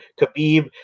Khabib